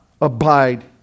abide